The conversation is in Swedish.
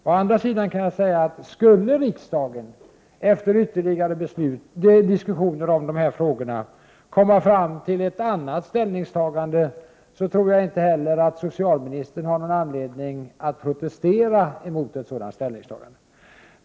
Å andra sidan kan jag säga att skulle riksdagen efter ytterligare beslut och fler diskussioner om dessa frågor komma fram till ett annat ställningstagande, så tror jag inte att socialministern har någon anledning att protestera mot ett sådant ställningstagande.